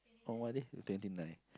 on what day the twenty nine